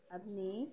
আপনি